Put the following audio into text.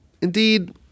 indeed